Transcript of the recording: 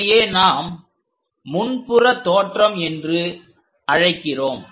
இதையே நாம் முன்புற தோற்றம் என்று அழைக்கிறோம்